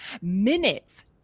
minutes